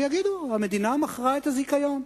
ויגידו: המדינה מכרה את הזיכיון.